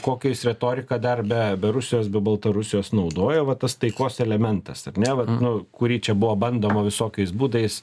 kokią jis retorika dar be be rusijos be baltarusijos naudoja va tas taikos elementas ar ne vat nu kurį čia buvo bandoma visokiais būdais